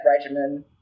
regimen